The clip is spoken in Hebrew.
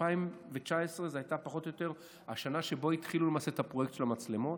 2019 הייתה פחות או יותר השנה שבה התחילו את הפרויקט של המצלמות,